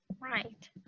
right